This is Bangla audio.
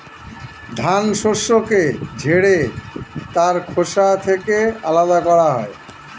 ধান শস্যকে ঝেড়ে তার খোসা থেকে আলাদা করা হয়